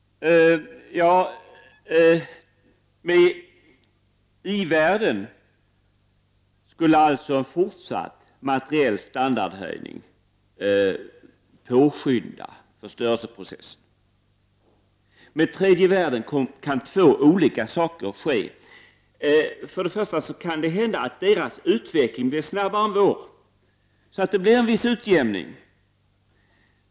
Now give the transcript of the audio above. I i-världen skulle en fortsatt materiell standardhöjning påskynda förstörelseprocessen. Med tredje världen kan två olika saker ske. Det kan hända att deras utveckling blir snabbare än vår, så att en viss utjämning kommer till stånd.